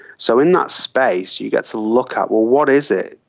so in that space you get to look at, well, what is it,